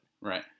Right